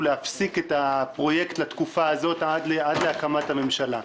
בחברה להפסיק את הפרויקט עד להקמת הממשלה.